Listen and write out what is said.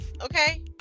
okay